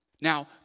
Now